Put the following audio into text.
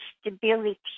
stability